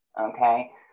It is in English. okay